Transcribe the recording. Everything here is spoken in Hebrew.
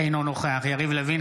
אינו נוכח יריב לוין,